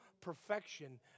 perfection